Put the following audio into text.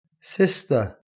sister